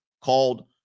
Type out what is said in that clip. called